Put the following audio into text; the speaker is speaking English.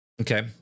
okay